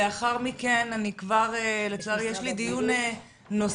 לאחר מכן, לצערי יש לי דיון נוסף.